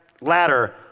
ladder